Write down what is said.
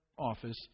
office